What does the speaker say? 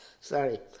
Sorry